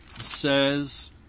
says